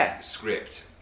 script